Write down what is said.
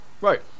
Right